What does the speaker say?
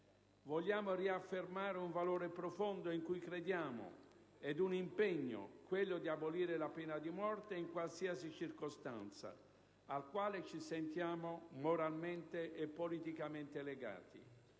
Vogliamo riaffermare un valore profondo in cui crediamo e un impegno, quello di abolire la pena di morte in qualsiasi circostanza, al quale ci sentiamo moralmente e politicamente legati.